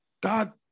God